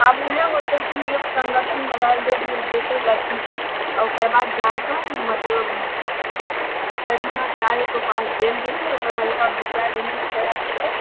आब ओहए होतै की एक संगठन बनैल लेल जेतै लड़कीके आ ओकर बाद जाय कऽ मतलब प्रधानाचार्यके पास देल जेतै ओकर बाद ओहिपर बिचार विमर्श करऽ परतै